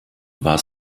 war